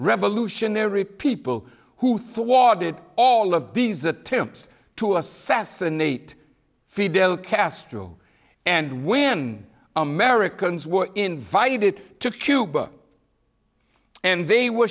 revolutionary people who thought it all of these attempts to assassinate fidel castro and when americans were invited to cuba and they were